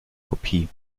kopie